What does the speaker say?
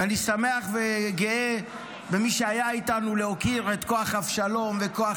ואני שמח וגאה במי שהיה איתנו להוקיר את כוח אבשלום וכוח